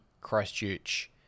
Christchurch